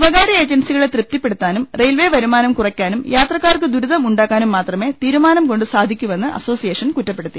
സ്വകാര്യ ഏജൻസികളെ തൃപ്തിപ്പെടുത്താനും റെയിൽവേ വരുമാനം കുറയ്ക്കാനും യാത്രക്കാർക്ക് ദുരിതം ഉണ്ടാക്കാനും തീരുമാനം കൊണ്ട് സാധിക്കൂവെന്ന് മാത്രമേ അസോസിയേഷൻ കുറ്റപ്പെടുത്തി